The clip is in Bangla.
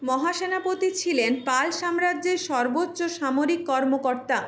মহাসেনাপতি ছিলেন পাল সাম্রাজ্যের সর্বোচ্চ সামরিক কর্মকর্তা